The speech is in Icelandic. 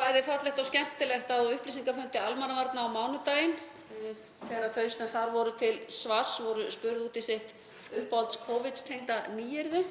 bæði fallegt og skemmtilegt á upplýsingafundi almannavarna á mánudaginn þegar þau sem þar voru til svars voru spurð út í sitt uppáhalds Covid-tengda nýyrði